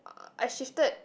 I shifted